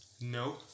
No